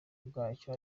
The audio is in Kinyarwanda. bwacyo